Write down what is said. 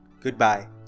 goodbye